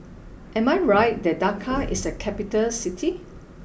am I right that Dhaka is a capital city